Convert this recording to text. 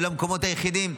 אלה המקומות היחידים.